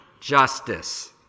justice